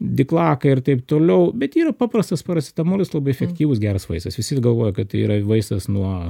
diklakai ir taip toliau bet yra paprastas paracetamolis labai efektyvūs geras vaistas visi galvoja kad tai yra vaistas nuo